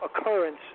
occurrence